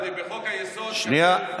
ובחוק-היסוד, שנייה.